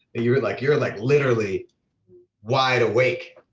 you're like you're like literally wide awake.